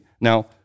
Now